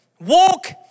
walk